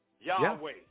Yahweh